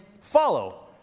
follow